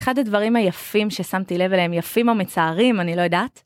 אחד הדברים היפים ששמתי לב אליהם, יפים או מצערים, אני לא יודעת.